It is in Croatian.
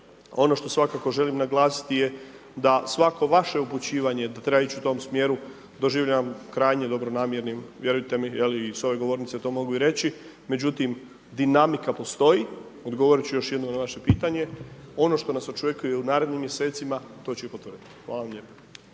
Ono što svakako želim naglasiti je da svako vaše upućivanje da treba ići u tom smjeru doživljavam krajnje dobronamjernim, vjerujte mi je li i s ove govornice to mogu i reći, međutim dinamika postoji, odgovorit ću još jednom na vaše pitanje. Ono što nas očekuje u narednim mjesecima to ću i potvrdit. Hvala vam lijepo.